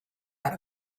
out